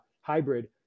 hybrid